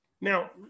Now